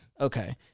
Okay